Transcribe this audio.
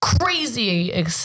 crazy